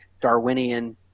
darwinian